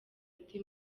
ati